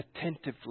attentively